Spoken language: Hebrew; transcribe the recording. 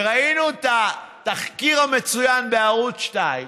ראינו את התחקיר המצוין בערוץ 2,